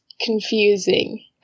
confusing